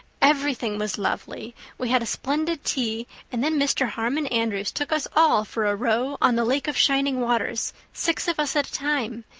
everything was lovely. we had a splendid tea and then mr. harmon andrews took us all for a row on the lake of shining waters six of us at a time.